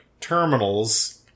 terminals